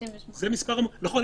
נכון,